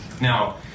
Now